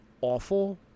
awful